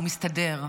הוא מסתדר.